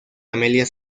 amelia